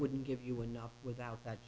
wouldn't give you enough without th